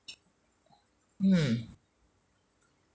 hmm